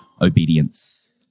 obedience